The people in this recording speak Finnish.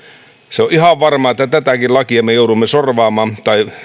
se on ihan varmaa että tätäkin lakia me joudumme sorvaamaan